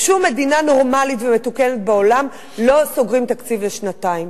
בשום מדינה נורמלית ומתוקנת בעולם לא סוגרים תקציב לשנתיים.